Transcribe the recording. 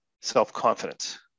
self-confidence